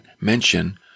mention